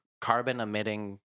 carbon-emitting